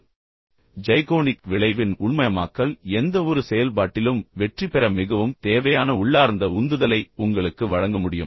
எனவே ஜைகோனிக் விளைவின் உள்மயமாக்கல் எந்தவொரு செயல்பாட்டிலும் வெற்றிபெற அல்லது சிறந்து விளங்குவதற்கு மிகவும் தேவையான உள்ளார்ந்த உந்துதலை உங்களுக்கு வழங்க முடியும்